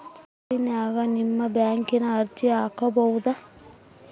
ನಾವು ಮೊಬೈಲಿನ್ಯಾಗ ನಿಮ್ಮ ಬ್ಯಾಂಕಿನ ಅರ್ಜಿ ಹಾಕೊಬಹುದಾ?